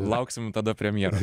lauksim tada premjero